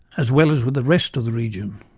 as well as with the rest of the region.